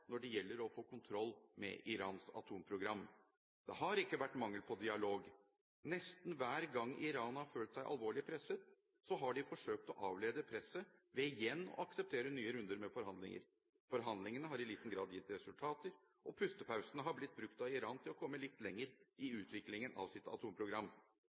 når det gjelder å få kontroll med Irans atomprogram? Det har ikke vært mangel på dialog. Nesten hver gang Iran har følt seg alvorlig presset, har de forsøkt å avlede presset ved igjen å akseptere nye runder med forhandlinger. Forhandlingene har i liten grad gitt resultater, og pustepausene har blitt brukt av Iran til å komme litt lenger i utviklingen av sitt atomprogram.